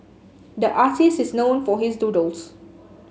the artist is known for his doodles